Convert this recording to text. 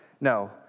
No